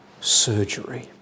surgery